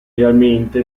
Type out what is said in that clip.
realmente